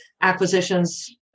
acquisitions